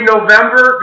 November